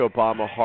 Obama